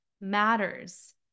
matters